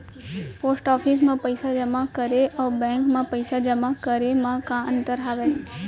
post office मा पइसा जेमा करे अऊ बैंक मा पइसा जेमा करे मा का अंतर हावे